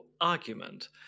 argument